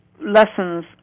lessons